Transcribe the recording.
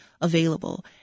available